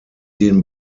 den